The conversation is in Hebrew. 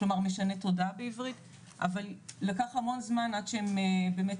כלומר משני תודעה בעברית אבל לקח המון זמן עד שהם באמת,